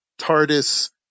TARDIS